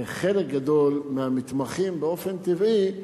וחלק גדול מהמתמחים, באופן טבעי,